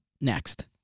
next